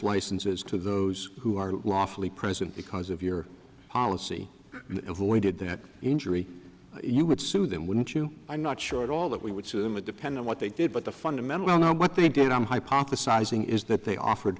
licenses to those who are lawfully present because of your policy and voided that injury you would sue them wouldn't you i'm not sure at all that we would see them it depends on what they did but the fundamental don't know what they did i'm hypothesizing is that they offered